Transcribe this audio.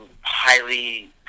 highly